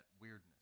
weirdness